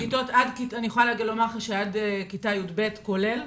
אני יכולה לומר שעד כיתה יב' כולל,